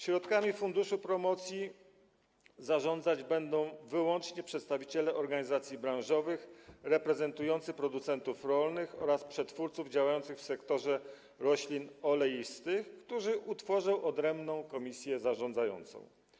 Środkami funduszu promocji zarządzać będą wyłącznie przedstawiciele organizacji branżowych reprezentujący producentów rolnych oraz przetwórców działających w sektorze roślin oleistych, którzy utworzą odrębną komisję zarządzającą.